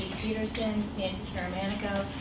peterson, nancy caramanico,